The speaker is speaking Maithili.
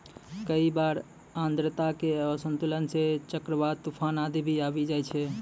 कई बार आर्द्रता के असंतुलन सं चक्रवात, तुफान आदि भी आबी जाय छै